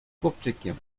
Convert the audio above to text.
chłopczykiem